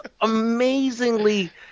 amazingly